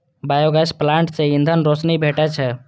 biogas plant सं ईंधन, रोशनी भेटै छै